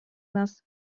nas